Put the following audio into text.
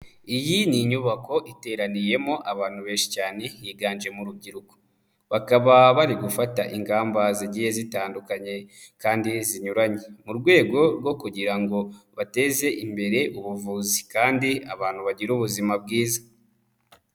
Iyi ni inyubako iteraniyemo abantu benshi cyane higanje mu rubyiruko, bakaba bari gufata ingamba zigiye zitandukanye kandi zinyuranye mu rwego rwo kugira ngo bateze imbere ubuvuzi kandi abantu bagira ubuzima bwiza.